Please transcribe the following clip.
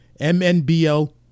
MNBL